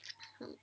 mm